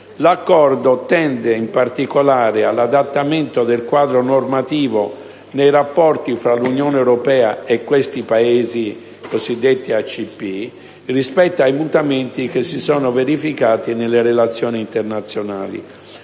L'Accordo tende in particolare all'adattamento del quadro normativo relativo ai rapporti fra l'Unione europea e i Paesi cosiddetti ACP rispetto ai mutamenti che si sono verificati nelle relazioni internazionali.